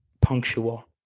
punctual